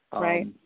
Right